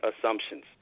assumptions